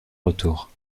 retour